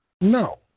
No